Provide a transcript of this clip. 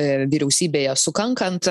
ir vyriausybėje sukankant